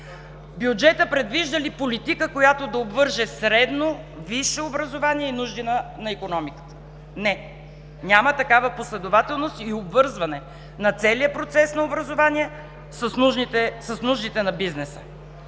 Бюджетът предвижда ли политика, която да обвърже средно, висше образование и нуждите на икономиката? Не! Няма такава последователност и обвързване на целия процес на образование с нужди на бизнеса.